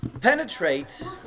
penetrate